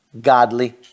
godly